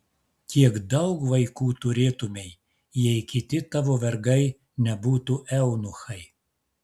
kiek daug vaikų turėtumei jei kiti tavo vergai nebūtų eunuchai